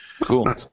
Cool